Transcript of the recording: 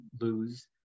lose